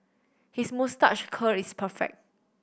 his moustache curl is perfect